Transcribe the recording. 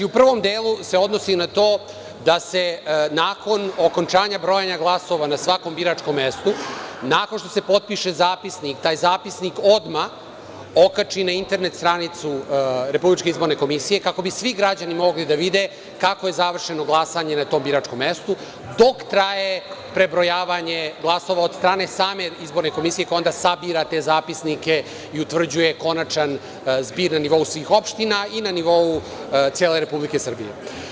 U prvom delu se odnosi na to da se nakon okončanja brojanja glasova na svakom biračkom mestu, nakon što se potpiše zapisnik, taj zapisnik odmah okači na internet stranicu RIK-a, kako bi svi građani mogli da vide kako je završeno glasanje na tom biračkom mestu, dok traje prebrojavanje glasova od strane samog RIK-a, koji sabira te zapisnike i utvrđuje konačan zbir na nivou svih opština i na nivou cele Republike Srbije.